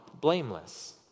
blameless